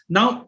Now